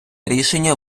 рішення